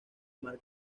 mar